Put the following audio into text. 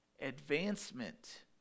advancement